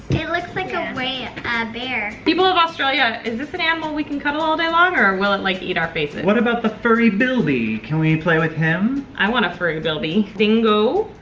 it looks like a and bear. people of australia is this an animal we can cuddle all day long? or will it like eat our faces? what about the furry bilby, can we play with him? i want a furry bilby. dingo.